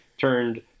turned –